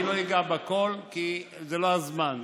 אני לא אגע בכול כי זה לא הזמן,